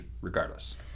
regardless